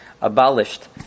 Abolished